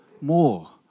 more